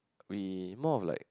we more of like